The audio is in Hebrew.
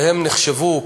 שהם נחשבו,